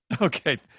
Okay